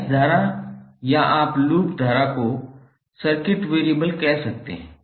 mash धारा या आप लूप धारा को सर्किट वैरिएबल कह सकते हैं